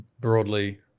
broadly